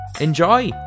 enjoy